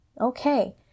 Okay